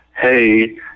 hey